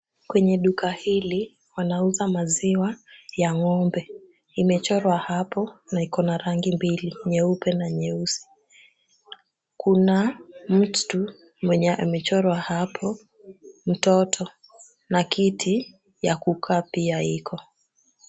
Kwenye duka hili wanauza maziwa ya ng'ombe. Imechorwa hapo na iko na rangi mbili: nyeupe na nyeusi. Kuna mtu mwenye amechorwa hapo mtoto na kiti ya kukaa pia iko.